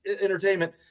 entertainment